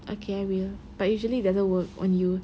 okay I will but usually it doesn't work on you